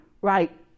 right